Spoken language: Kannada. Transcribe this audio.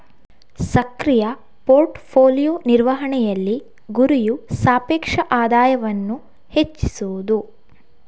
ಸಕ್ರಿಯ ಪೋರ್ಟ್ ಫೋಲಿಯೊ ನಿರ್ವಹಣೆಯಲ್ಲಿ, ಗುರಿಯು ಸಾಪೇಕ್ಷ ಆದಾಯವನ್ನು ಹೆಚ್ಚಿಸುವುದು